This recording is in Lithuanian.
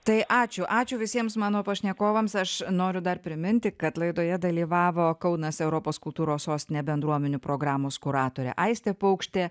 tai ačiū ačiū visiems mano pašnekovams aš noriu dar priminti kad laidoje dalyvavo kaunas europos kultūros sostinė bendruomenių programos kuratorė aistė paukštė